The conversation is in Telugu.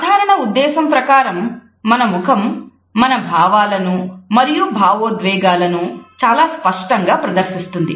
సాధారణ ఉద్దేశం ప్రకారం మన ముఖం మన భావాలనూ మరియు భావోద్వేగాలను చాలా స్పష్టంగా ప్రదర్శిస్తుంది